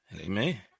amen